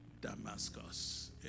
Damascus